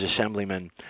Assemblyman